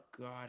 God